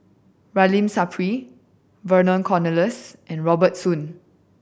Ramli Sarip Vernon Cornelius and Robert Soon